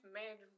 made